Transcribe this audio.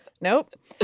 nope